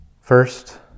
First